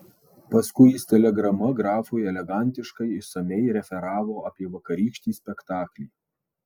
paskui jis telegrama grafui elegantiškai išsamiai referavo apie vakarykštį spektaklį